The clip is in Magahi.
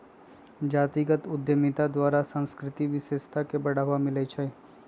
जातीगत उद्यमिता द्वारा सांस्कृतिक विशेषता के बढ़ाबा मिलइ छइ